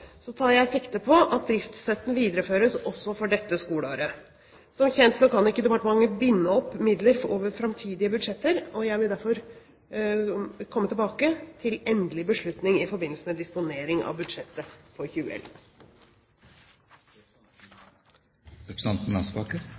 tar jeg sikte på at driftsstøtten videreføres også for dette skoleåret. Som kjent kan ikke departementet binde opp midler over framtidige budsjetter. Jeg vil derfor komme tilbake til endelig beslutning i forbindelse med disponering av budsjettet for